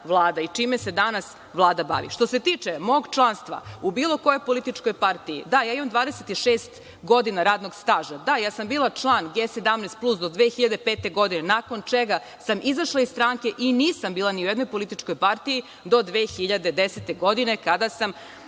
i čime se danas Vlada bavi. Što se tiče mog članstva u bilo kojoj političkoj partiji, da, ja imam 26 godina radnog staža, da ja sam bila član G17 plus do 2005. godine, nakon čega sam izašla iz stranke i nisam bila ni u jednoj političkoj partiji do 2010. godine, kada sam